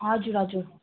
हजुर हजुर